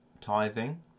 tithing